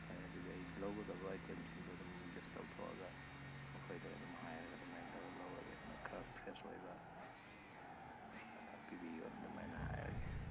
ꯐꯔꯦ ꯑꯗꯨꯗꯤ ꯑꯩ ꯂꯧꯒꯗꯕ ꯑꯥꯏꯇꯦꯝꯁꯤꯡꯗꯨ ꯑꯗꯨꯝ ꯂꯤꯁ ꯇꯧꯊꯣꯛꯑꯒ ꯃꯈꯣꯏꯗ ꯑꯗꯨꯝ ꯍꯥꯏꯔꯒ ꯑꯗꯨꯃꯥꯏꯅ ꯇꯧꯔꯒ ꯂꯧꯔꯒꯦ ꯑꯗꯨꯅ ꯈꯔ ꯐ꯭ꯔꯦꯁ ꯑꯣꯏꯕ ꯄꯤꯕꯤꯌꯨꯅ ꯑꯗꯨꯃꯥꯏꯅ ꯍꯥꯏꯔꯒꯦ